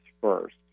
first